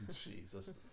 Jesus